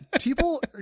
people